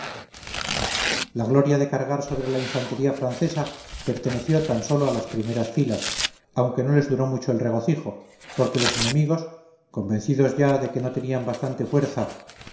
la gloria de cargar sobre la infantería francesa perteneció tan sólo a las primeras filas aunque no les duró mucho el regocijo porque los enemigos convencidosya de que no tenían fuerza